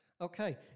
Okay